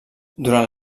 durant